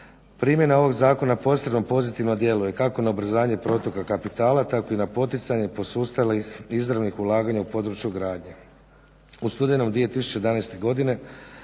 primjena ovog zakona posredno pozitivno djeluje kako na ubrzanje protoka kapitala, tako i na poticanje posustalih izravnih ulaganja u području gradnje. U studenom 2011. godine